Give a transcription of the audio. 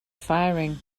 firing